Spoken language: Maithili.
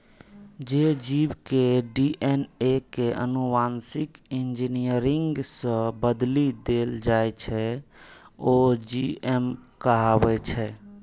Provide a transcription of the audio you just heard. जे जीव के डी.एन.ए कें आनुवांशिक इंजीनियरिंग सं बदलि देल जाइ छै, ओ जी.एम कहाबै छै